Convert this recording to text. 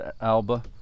Alba